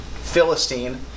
Philistine